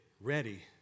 ready